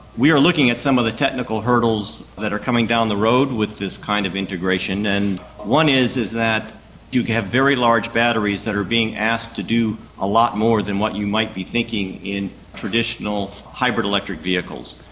we are looking at some of the technical hurdles that are coming down the road with this kind of integration and one is is that you have very large batteries that are being asked to do a lot more than what you might be thinking in traditional hybrid electric vehicles.